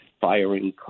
firing